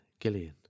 Gillian